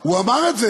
הוא אמר את זה?